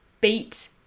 beat